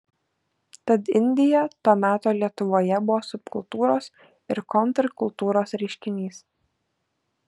tad indija to meto lietuvoje buvo subkultūros ir kontrkultūros reiškinys